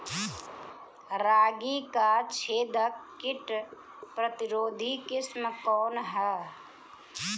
रागी क छेदक किट प्रतिरोधी किस्म कौन ह?